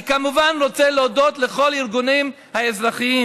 אני כמובן רוצה להודות לכל הארגונים האזרחיים.